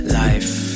life